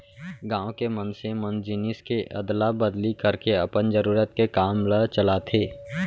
गाँव के मनसे मन जिनिस के अदला बदली करके अपन जरुरत के काम ल चलाथे